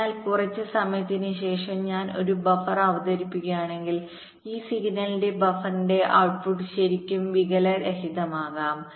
അതിനാൽ കുറച്ച് സമയത്തിന് ശേഷം ഞാൻ ഒരു ബഫർ അവതരിപ്പിക്കുകയാണെങ്കിൽ ഈ സിഗ്നലിന്റെ ബഫറിന്റെ ഔട്ട്പുട്ട് വീണ്ടും വികലരഹിതമാകും